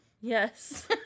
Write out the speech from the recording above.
Yes